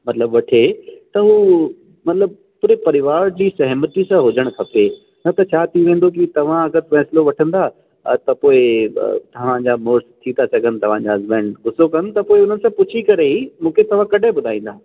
मतलबु वठे त उहो मतलबु पुरे परिवार जी सहिमति सां हुजणु खपे न त छा थी वेंदो की तव्हां अगरि फ़ैसिलो वठंदा त पोइ तव्हांजा मुडुसु थी था सघनि तव्हांजा हस्बैंड गुसो कनि त पोइ हुननि सां पुछी करे ई मूंखे तव्हां कॾहिं ॿुधाईंदा